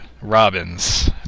Robin's